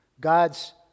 God's